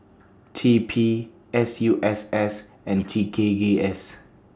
T P S U S S and T K Gay S